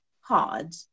hard